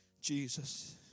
Jesus